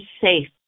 safe